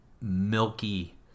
milky